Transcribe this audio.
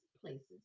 places